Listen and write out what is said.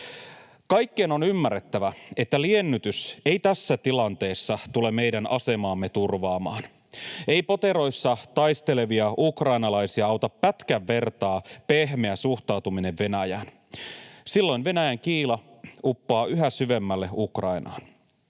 Kaikkien on ymmärrettävä, että liennytys ei tässä tilanteessa tule meidän asemaamme turvaamaan. Ei poteroissa taistelevia ukrainalaisia auta pätkän vertaa pehmeä suhtautuminen Venäjään. Silloin Venäjän kiila uppoaa yhä syvemmälle Ukrainaan.